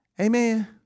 Amen